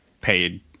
paid